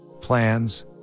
plans